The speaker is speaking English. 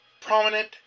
prominent